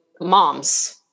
moms